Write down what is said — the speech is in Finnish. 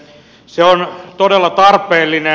se on todella tarpeellinen